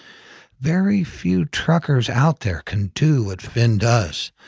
very few truckers out there can do what finn does.